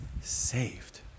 saved